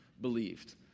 believed